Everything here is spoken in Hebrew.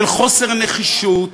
של חוסר נחישות